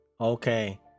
Okay